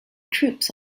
troops